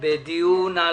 בדיון על